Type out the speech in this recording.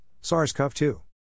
SARS-CoV-2